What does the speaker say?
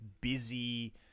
busy